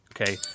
Okay